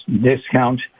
discount